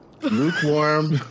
lukewarm